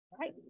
right